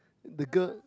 the girl